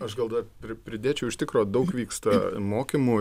aš gal dar pridėčiau iš tikro daug vyksta mokymų